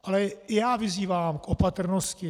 Ale i já vyzývám k opatrnosti.